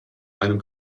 einem